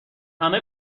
همه